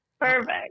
Perfect